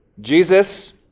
Jesus